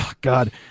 god